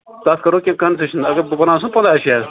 تَتھ کَرو کیٚنٛہہ کَنسیشَن اگربہٕ بناوَس